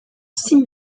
six